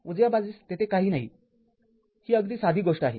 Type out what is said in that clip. उजव्या बाजूस तेथे काही नाही ही अगदी साधी गोष्ट आहे